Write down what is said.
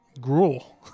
gruel